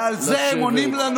ועל זה הם עונים: